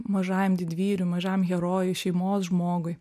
mažajam didvyriui mažajam herojui šeimos žmogui